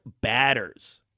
batters